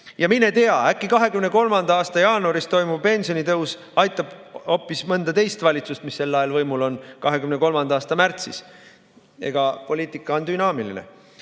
Ja mine tea, äkki 2023. aasta jaanuaris toimuv pensionitõus aitab hoopis mõnda teist valitsust, mis sel ajal võimul on, 2023. aasta märtsis. Poliitika on dünaamiline.